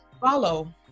follow